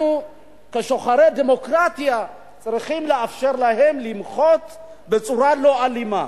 אנחנו כשוחרי דמוקרטיה צריכים לאפשר להם למחות בצורה לא אלימה.